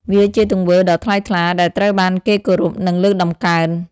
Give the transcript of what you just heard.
វាជាទង្វើដ៏ថ្លៃថ្លា ដែលត្រូវបានគេគោរព និងលើកតម្កើង។